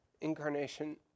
Incarnation